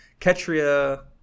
Ketria